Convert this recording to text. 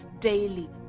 daily